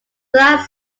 salazar